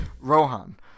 Rohan